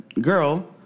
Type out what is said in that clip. girl